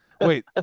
Wait